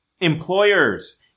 employers